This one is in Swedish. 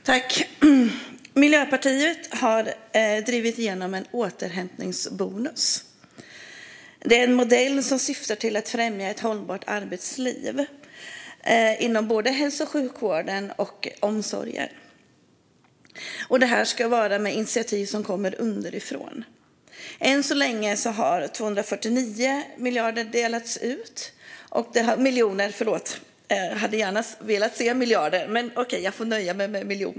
Fru talman! Miljöpartiet har drivit igenom en återhämtningsbonus. Det är en modell som syftar till att främja ett hållbart arbetsliv inom både hälso och sjukvården och omsorgen. Det ska handla om initiativ som kommer underifrån. Än så länge har 249 miljarder delats ut . förlåt, jag menar miljoner! Jag hade gärna velat se miljarder, men okej, jag får nöja mig med miljoner.